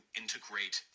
integrate